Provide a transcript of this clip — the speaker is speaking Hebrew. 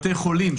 בתי חולים,